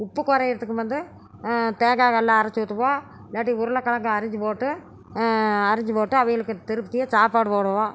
உப்பு குறையிறதுக்கு வந்து தேங்காயெல்லாம் அரைச்சி ஊற்றுவோம் இல்லாட்டி உருளைக்கிழங்கு அரிஞ்சு போட்டு அரிஞ்சு போட்டு அவிங்களுக்கு திருப்தியாக சாப்பாடு போடுவோம்